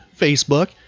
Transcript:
Facebook